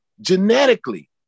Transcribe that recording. Genetically